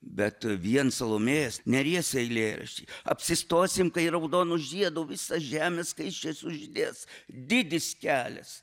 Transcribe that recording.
bet vien salomėjos nėries eilėraščia apsistosim kai raudonu žiedu visa žemė skaisčiai sužydės didis kelias